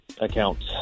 account